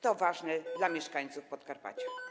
To ważne dla mieszkańców Podkarpacia.